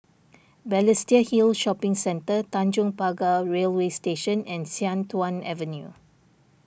Balestier Hill Shopping Centre Tanjong Pagar Railway Station and Sian Tuan Avenue